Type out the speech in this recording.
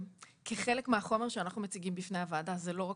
כחלק מהחומר שאנחנו מציגים בפני הוועדה זו לא רק